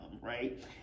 right